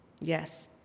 Yes